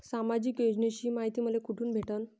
सामाजिक योजनेची मायती मले कोठून भेटनं?